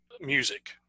music